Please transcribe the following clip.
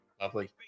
Lovely